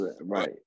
right